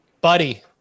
Buddy